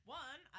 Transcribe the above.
one